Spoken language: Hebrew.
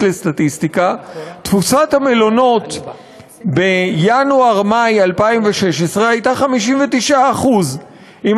לסטטיסטיקה: תפוסת המלונות בינואר מאי 2016 הייתה 59%; אם